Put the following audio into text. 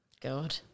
God